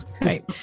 right